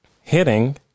hitting